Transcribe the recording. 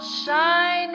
shine